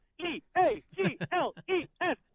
E-A-G-L-E-S